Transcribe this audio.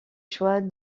choix